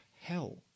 hell